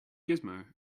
gizmo